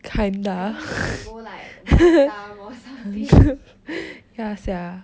I think you can go like batam or something